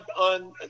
on